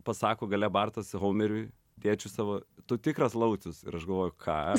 pasako gale bartas homerui tėčiui savo tu tikras laucius ir aš galvoju ką